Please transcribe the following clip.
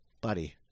buddy